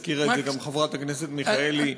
הזכירה את זה גם חברת הכנסת מיכאלי,